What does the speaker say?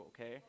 okay